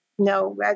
No